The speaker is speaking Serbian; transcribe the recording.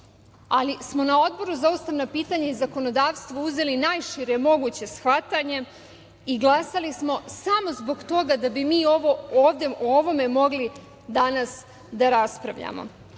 ali smo na Odboru za ustavna pitanja i zakonodavstvo uzeli najšire moguće shvatanje i glasali smo samo zbog toga da bi mi ovde o ovome mogli danas da raspravljamo. Poštovani